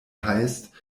heißt